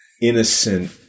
innocent